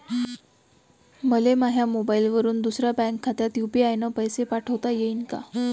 मले माह्या मोबाईलवरून दुसऱ्या बँक खात्यात यू.पी.आय न पैसे पाठोता येईन काय?